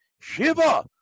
Shiva